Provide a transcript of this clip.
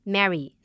Mary